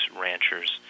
ranchers